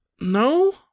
No